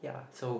ya so